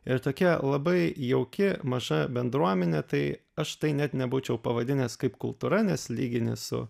ir tokia labai jauki maža bendruomenė tai aš tai net nebūčiau pavadinęs kaip kultūra nes lygini su